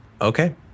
Okay